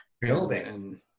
building